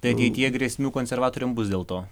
tai ateityje grėsmių konservatoriam bus dėl to